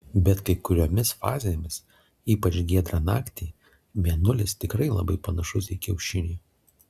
bet kai kuriomis fazėmis ypač giedrą naktį mėnulis tikrai labai panašus į kiaušinį